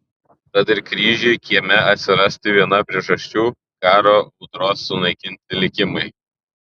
tad ir kryžiui kieme atsirasti viena priežasčių karo audros sunaikinti likimai